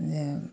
जे